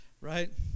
right